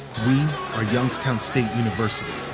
we are youngstown state university,